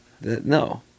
no